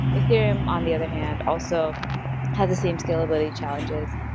ethereum on the other hand also has the same scalability challenges,